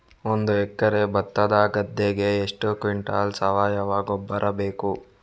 ಒಂದು ಎಕರೆ ಭತ್ತದ ಗದ್ದೆಗೆ ಎಷ್ಟು ಕ್ವಿಂಟಲ್ ಸಾವಯವ ಗೊಬ್ಬರ ಬೇಕು?